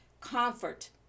comfort